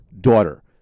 daughter